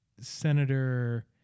Senator